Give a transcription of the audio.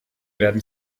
werden